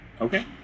Okay